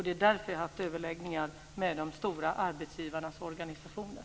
Det är därför jag har haft överläggningar med de stora arbetsgivarnas organisationer.